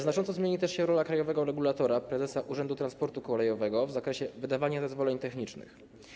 Znacząco zmieni się też rola krajowego regulatora, prezesa Urzędu Transportu Kolejowego w zakresie wydawania zezwoleń technicznych.